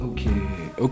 Okay